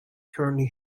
currently